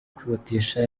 kwihutisha